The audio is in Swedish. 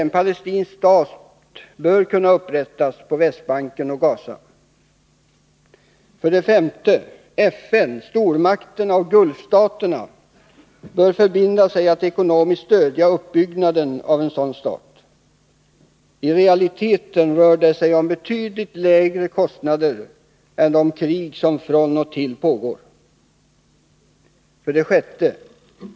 En palestinsk stat bör kunna upprättas på Västbanken och i Gaza. 5. FN, stormakterna och gulfstaterna bör förbinda sig att ekonomiskt stödja uppbyggnaden av en sådan stat. I realiteten rör det sig om betydligt lägre kostnader än vad som förorsakas av de krig som från och till pågår. 6.